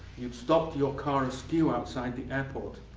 you stopped your car askew outside the airport.